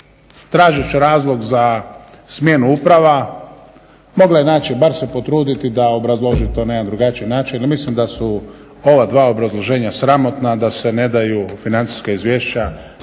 traži razlog za smjenu uprava mogla je naći, bar se potruditi da obrazloži to na jedan drugačiji način i mislim da su ova dva obrazloženja sramotna, da se ne daju financijska izvješća